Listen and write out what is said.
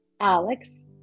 Alex